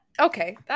Okay